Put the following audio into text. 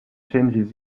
changes